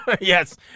Yes